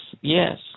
yes